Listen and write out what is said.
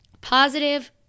positive